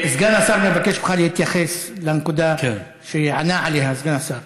סגן השר מבקש ממך להתייחס לנקודה שענה עליה סגן השר.